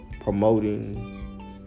promoting